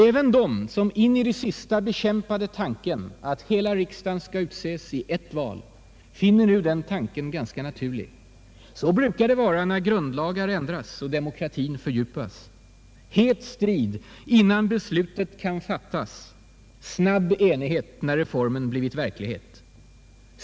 Även de som in i det sista bekämpade tanken att hela riksdagen skulle utses i ett val finner nu den tanken ganska naturlig. Så brukar det vara när grundlagar ändras och demokratin fördjupas. Het strid innan beslutet kan fattas, snabb enighet när reformen blivit verklighet.